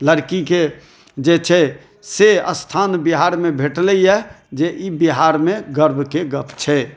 लड़कीके जे छै से स्थान बिहारमे भेटलैया जे ई बिहारमे गर्वके गप छै